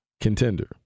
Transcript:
contender